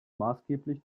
maßgeblich